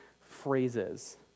phrases